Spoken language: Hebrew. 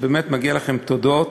באמת מגיעות לכם תודות,